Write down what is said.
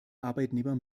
arbeitnehmer